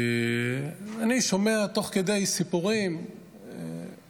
אני שומע תוך כדי סיפורים על פקח,